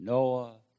Noah